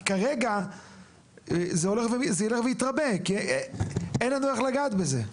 כי כרגע זה ילך ויתרבה, כי אין לנו איך לגעת בזה.